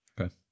Okay